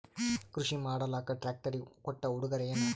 ಕೃಷಿ ಮಾಡಲಾಕ ಟ್ರಾಕ್ಟರಿ ಕೊಟ್ಟ ಉಡುಗೊರೆಯೇನ?